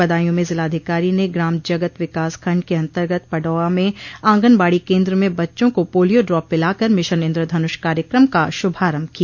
बदायूं में जिलाधिकारी ने ग्राम जगत विकासखंड के अन्तर्गत पडौआ में आंगनबाड़ी केन्द्र में बच्चों को पोलियो ड्रॉप पिला कर मिशन इन्द्रधनुष कार्यक्रम का शुभारम्भ किया